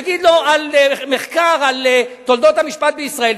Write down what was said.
יגיד לו: מחקר על תולדות המשפט בישראל,